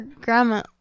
grandma